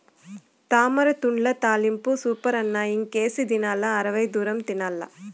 తామరతూడ్ల తాలింపు సూపరన్న ఇంకేసిదిలా అరవై దూరం తినాల్ల